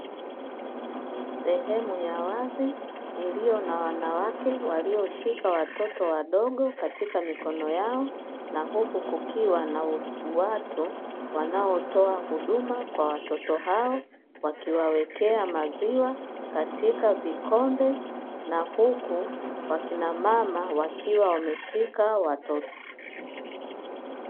Sehemu ya wazi iliyo na wanawake, walioshika watoto wadogo katika mikono yao, na huku kukiwa na watu wanaotoa huduma kwa watoto hao, wakiwawekea maziwa katika vikombe, na huku wakina mama wakiwa wameshika watoto.